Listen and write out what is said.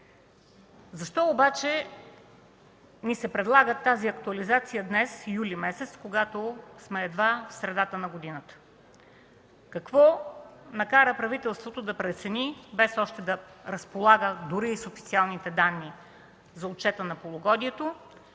Защо обаче ни се предлага тази актуализация днес, месец юли, когато сме едва в средата на годината? Какво накара правителството да прецени, без още да разполага дори с официалните данни за отчета на полугодието,